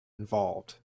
involved